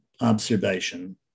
observation